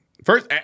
First